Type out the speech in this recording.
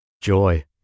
Joy